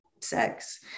sex